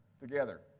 together